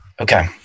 Okay